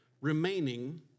remaining